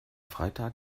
freitag